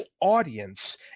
audience